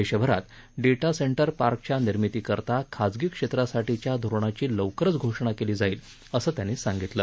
देशभरात data centre पार्कांच्या निर्मितीकरता खाजगी क्षेत्रासाठीच्या धोरणाची लवकरच घोषणा केली जाईल असं त्यांनी सांगितलं